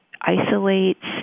isolates